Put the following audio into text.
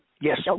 Yes